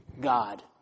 God